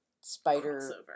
spider